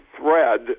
thread